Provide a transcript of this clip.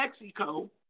Mexico